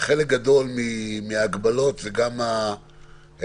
שחלק גדול מההגבלות זה גם היערכות